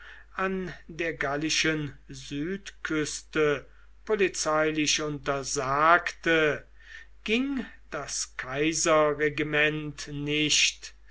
an der gallischen südküste polizeilich untersagte ging das kaiserregiment nicht